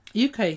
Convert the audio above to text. UK